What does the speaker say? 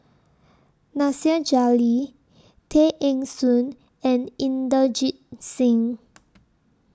Nasir Jalil Tay Eng Soon and Inderjit Singh